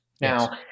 Now